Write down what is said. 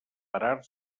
parar